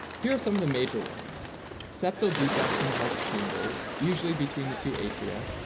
here are some of the major ones septal defects in the heart's chambers usually between the two atria,